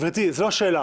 גברתי, זו לא השאלה.